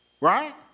Right